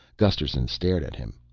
gusterson stared at him.